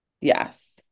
Yes